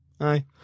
Aye